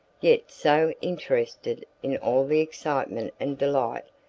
yet so interested in all the excitement and delight,